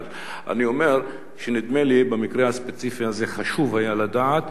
אבל אני אומר שנדמה לי שבמקרה הספציפי הזה חשוב היה לדעת,